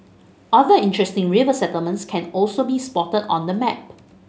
other interesting river settlements can also be spotted on the map